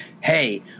hey